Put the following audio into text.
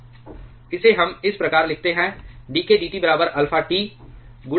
इसे हम इस प्रकार लिखते हैं dk dT बराबर अल्फा टी गुणा k वर्ग में है